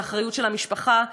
זו אחריות של המשפחה,